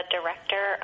Director